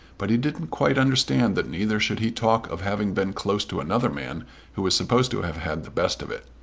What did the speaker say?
but he didn't quite understand that neither should he talk of having been close to another man who was supposed to have had the best of it.